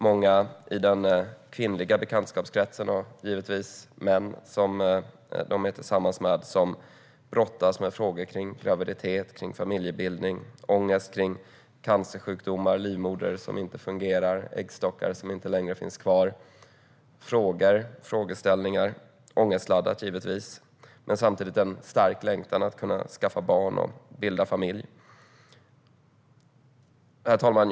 Många i den kvinnliga bekantskapskretsen, och givetvis de män som de är tillsammans med, brottas med frågor kring graviditet och familjebildning. Man har ångest över cancersjukdomar, en livmoder som inte fungerar eller äggstockar som inte längre finns kvar. Det är givetvis ångestladdade problem, samtidigt som det finns en stark längtan att kunna skaffa barn och bilda familj. Herr talman!